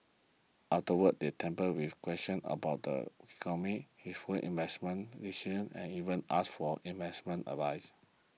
afterwards they with questions about the economy his worse investment decision and even asked for investment advice